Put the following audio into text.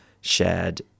shared